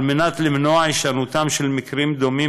על מנת למנוע את הישנותם של מקרים דומים